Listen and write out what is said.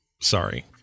sorry